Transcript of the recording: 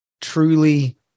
truly